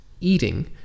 eating